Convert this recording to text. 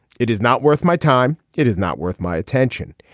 it is not worth my time. it is not worth my attention.